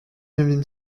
neuvième